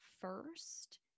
first